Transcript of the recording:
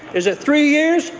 is it three years?